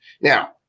Now